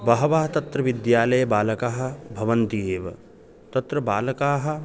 बहवः तत्र विद्यालये बालकाः भवन्ति एव तत्र बालकाः